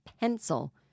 pencil